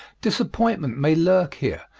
disappointment may lurk here,